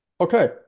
Okay